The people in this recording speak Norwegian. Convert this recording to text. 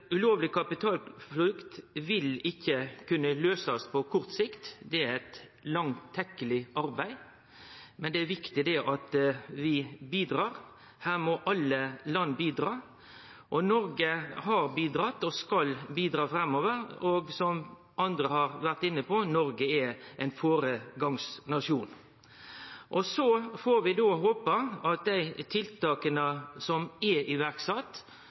ulovleg kapitalflukt vil ikkje kunne bli løyst på kort sikt. Det er eit langtekkeleg arbeid, men det er viktig at vi bidrar. Her må alle land bidra. Noreg har bidratt og skal bidra framover, og som andre har vore inne på: Noreg er ein føregangsnasjon. Så får vi håpe at dei tiltaka som er sette i